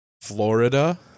Florida